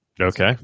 Okay